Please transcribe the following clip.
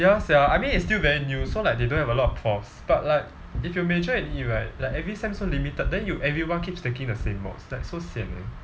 ya sia I mean it's still very new so like they don't have a lot of profs but like if you major in it right like every sem so limited then you everyone keeps taking the same mods like so sian eh